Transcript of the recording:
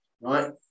Right